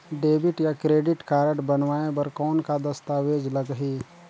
Debit या credit card बनवाय बर कौन का दस्तावेज लगही?